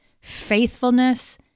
faithfulness